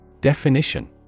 Definition